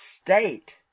state